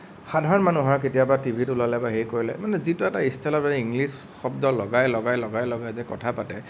সাধাৰণ মানুহৰ কেতিয়াবা টিভিত ওলালে বা হেৰি কৰিলে মানে যিটো এটা ষ্টাইলত ইংলিছ শব্দ লগাই লগাই লগাই লগাই যে কথা পাতে